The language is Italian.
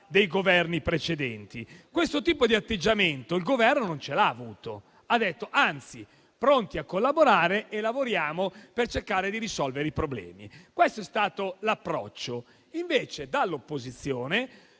cosa accada. Ma questo tipo di atteggiamento il Governo non l'ha avuto. Anzi, ha detto: siamo pronti a collaborare e lavoriamo per cercare di risolvere i problemi. Questo è stato l'approccio. Invece, dall'opposizione